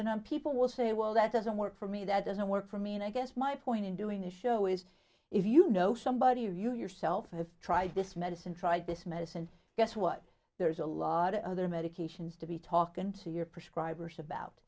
in and people will say well that doesn't work for me that doesn't work for me and i guess my point in doing the show is if you know somebody or you yourself have tried this medicine tried this medicine guess what there is a lot of other medications to be talking to your prescribers about